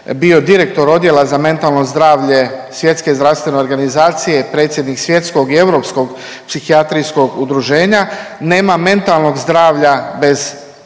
bio direktor odjela za mentalno zdravlje Svjetske zdravstvene organizacije i predsjednik svjetskog i europskog psihijatrijskog udruženja, nema mentalnog zdravlja bez